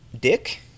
Dick